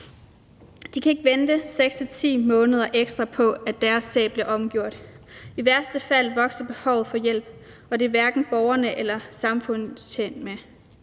De kan ikke vente 6-10 måneder ekstra på, at deres sag bliver omgjort. I værste fald vokser behovet for hjælp, og det er hverken borgerne eller samfundet tjent med.